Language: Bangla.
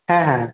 হ্যাঁ হ্যাঁ